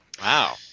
Wow